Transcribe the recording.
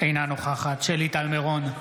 אינה נוכחת שלי טל מירון,